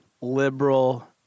liberal –